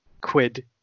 quid